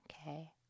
Okay